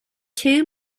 two